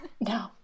no